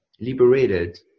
liberated